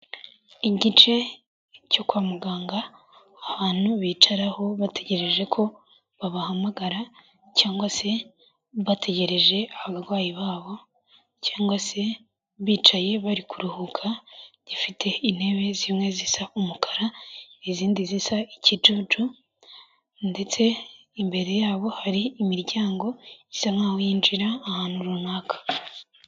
Igice cyo kwa muganga abantu bicaraho bategereje ko babahamagara cyangwa se bategereje abarwayi babo cyangwa se bicaye bari kuruhuka , gifite intebe zimwe zisa umukara izindi zisa ikijuju ndetse imbere yabo hari imiryango isa nk'aho yinjira ahantu runaka.